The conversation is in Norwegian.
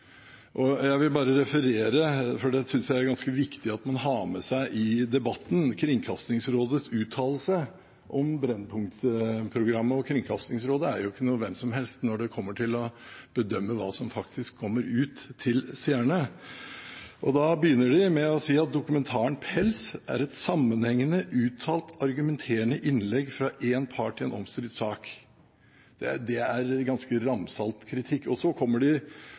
Jeg vil bare referere – for det synes jeg er ganske viktig at man har med seg i debatten – Kringkastingsrådets uttalelse om Brennpunkt-programmet. Kringkastingsrådet er jo ikke noe hvem som helst når det kommer til å bedømme hva som faktisk kommer ut til seerne. De begynner med å si: «Dokumentaren «Pels» er et sammenhengende, uttalt argumenterende innlegg fra én part i en omstridt sak.» Dette er ganske ramsalt kritikk. Så kommer